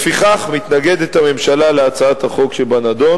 לפיכך מתנגדת הממשלה להצעת החוק שבנדון